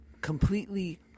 completely